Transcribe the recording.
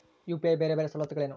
UPI ಬೇರೆ ಬೇರೆ ಸವಲತ್ತುಗಳೇನು?